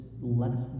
lets